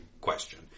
question